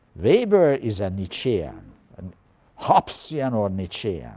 weber is a nietzschian and hobbesian or nietzschian.